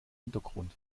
hintergrund